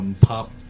pop